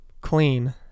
clean